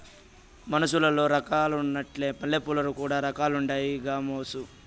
మనుసులల్ల రకాలున్నట్లే మల్లెపూలల్ల కూడా రకాలుండాయి గామోసు